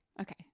Okay